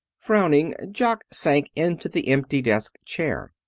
frowning, jock sank into the empty desk chair.